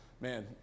Man